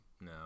no